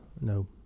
no